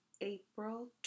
April